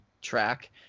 track